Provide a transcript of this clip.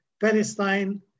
Palestine